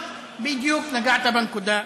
עכשיו בדיוק נגעת בנקודה.